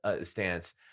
stance